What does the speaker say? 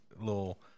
little